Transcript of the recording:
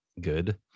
good